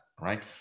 right